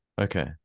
Okay